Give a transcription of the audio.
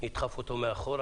נדחף אותו מאחורה.